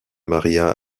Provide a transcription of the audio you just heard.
maria